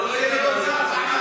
הוא רוצה להיות שר, אחמד.